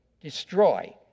destroy